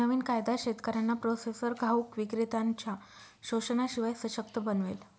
नवीन कायदा शेतकऱ्यांना प्रोसेसर घाऊक विक्रेत्त्यांनच्या शोषणाशिवाय सशक्त बनवेल